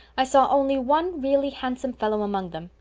i saw only one really handsome fellow among them.